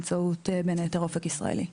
באמצעות אופק ישראלי.